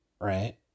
right